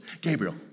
Gabriel